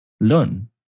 Learn